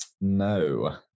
No